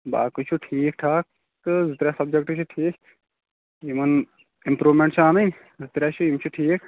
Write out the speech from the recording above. باقٕے چھُ ٹھیٖک ٹھاکھ تہٕ زٕ ترٛےٚ سَبجیکٹٕے چھِ ٹھیٖک یِمَن اِمپرٛومینٛٹ چھِ انِن زٕ ترٛےٚ چھِ یِم چھِ ٹھیٖک